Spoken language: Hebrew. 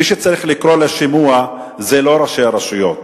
מי שצריך לקרוא אותם לשימוע זה לא ראשי הרשויות,